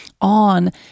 on